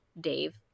Dave